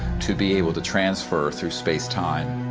to be able to transfer through space-time